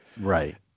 Right